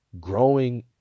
growing